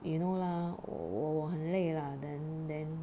you know lah 我我很累 lah then then